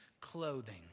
clothing